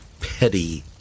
petty